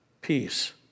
peace